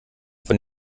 von